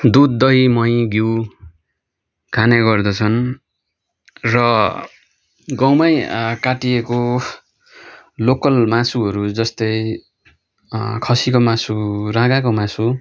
दुध दही मही घिउ खाने गर्दछन् र गाउँमै काटिएको लोकल मासुहरू जस्तै खसीको मासु राँगाको मासु